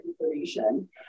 information